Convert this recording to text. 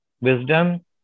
wisdom